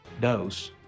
dose